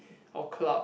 or club